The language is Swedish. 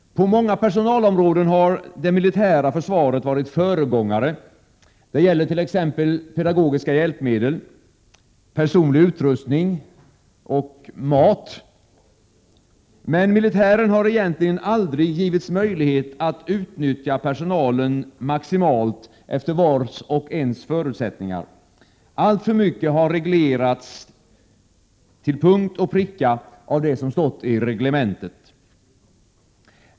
På många personalområden har det militära försvaret varit föregångare. Detta gäller t.ex. i fråga om pedagogiska hjälpmedel, personlig utrustning och — mat. Men militären har egentligen aldrig givits möjlighet att utnyttja personalen maximalt, efter vars och ens förutsättningar. Alltför mycket har reglerats till punkt och pricka av vad som stått i reglementena.